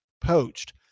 poached